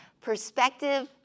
Perspective